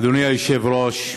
אדוני היושב-ראש,